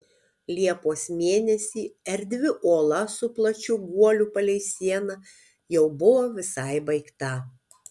liepos mėnesį erdvi ola su plačiu guoliu palei sieną jau buvo visai baigta